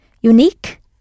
Unique